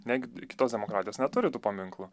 negi kitos demokratijos neturi tų paminklų